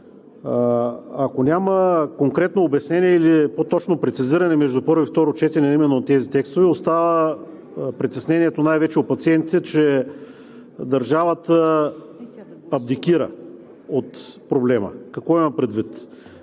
Ако няма конкретно обяснение или по-точно прецизиране между първо и второ четене именно на тези текстове, остава притеснението най-вече у пациентите, че държавата абдикира от проблема. Какво имам предвид?